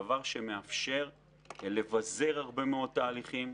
דבר שמאפשר לבזר הרבה מאוד תהליכים,